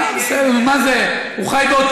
הוא צריך להגיע הביתה, הוא מגן עלינו מעזה.